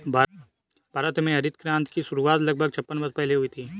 भारत में हरित क्रांति की शुरुआत लगभग छप्पन वर्ष पहले हुई थी